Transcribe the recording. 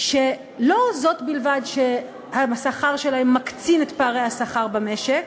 שלא זו בלבד שהשכר שלהם מקצין את פערי השכר במשק,